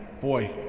boy